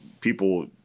people